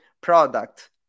product